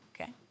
Okay